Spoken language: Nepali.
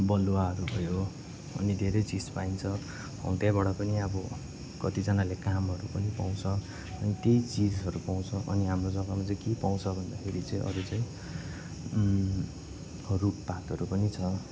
बलुवाहरू भयो अनि धेरै चिज पाइन्छ त्यहाँबाट पनि अब कतिजनाले कामहरू पनि पाउँछ त्यही चिजहरू पाउँछ अनि हाम्रो जग्गामा चाहिँ के पाउँछ भन्दाखेरि अरू चाहिँ अँ रुखपातहरू पनि छ